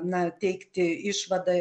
na teikti išvadą